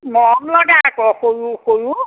মৰম লগা আকৌ সৰু সৰু